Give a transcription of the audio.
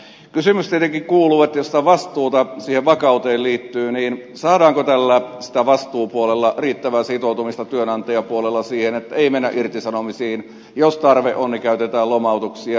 kysymys tietenkin kuuluu jos tätä vastuuta siihen vakauteen liittyy saadaanko tällä vastuupuolella työnantajapuolella riittävää sitoutumista siihen että ei mennä irtisanomisiin ja jos tarve on niin käytetään lomautuksia